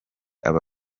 aba